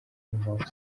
n’impamvu